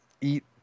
eat